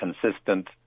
consistent